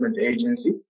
Agency